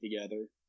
together